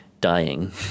dying